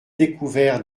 découvert